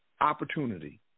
opportunity